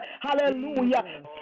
hallelujah